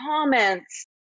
comments